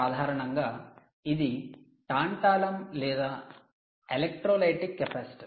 సాధారణంగా ఇది 'టాంటాలమ్' లేదా 'electrolytic' 'tantalum' or 'electrolytic' capacitor